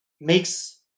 makes